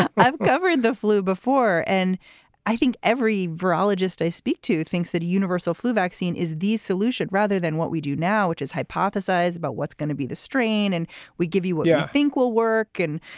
i've covered the flu before, and i think every virologist i speak to thinks that a universal flu vaccine is the solution rather than what we do now, which is hypothesize about what's going to be the strain and we give you what you yeah think will work. and,